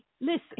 Listen